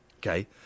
Okay